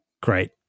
Great